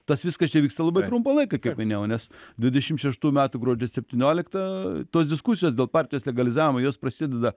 tas viskas čia vyksta labai trumpą laiką kaip minėjau nes dvidešim šeštų metų gruodžio septynioliktą tos diskusijos dėl partijos legalizavimo jos prasideda